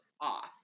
off